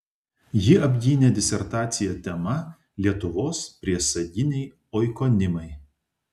ji apgynė disertaciją tema lietuvos priesaginiai oikonimai